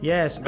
Yes